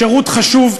שירות חשוב,